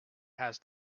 has